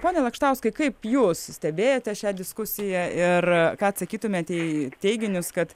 pone lakštauskai kaip jūs stebėjote šią diskusiją ir ką atsakytumėte į teiginius kad